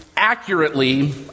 Accurately